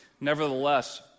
Nevertheless